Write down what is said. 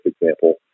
example